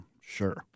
sure